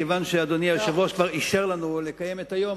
כיוון שאדוני היושב-ראש כבר אישר לנו לקיים את היום,